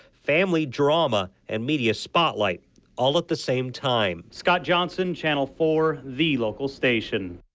family drama and media spotlight all at the same time. scott johnson, channel four, the local station.